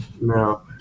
No